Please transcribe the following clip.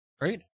Right